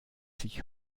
sich